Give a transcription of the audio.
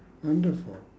wonderful